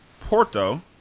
Porto